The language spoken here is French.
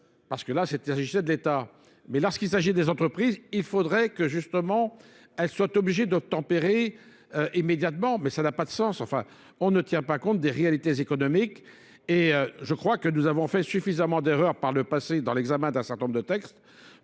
Parce que là, c'est l'égalité de l'État. Mais lorsqu'il s'agit des entreprises, il faudrait que, justement, elles soient obligées d'obtempérer immédiatement. Mais ça n'a pas de sens. Enfin, on ne tient pas compte des réalités économiques. Et je crois que nous avons fait suffisamment d'erreurs par le passé dans l'examen d'un certain nombre de textes.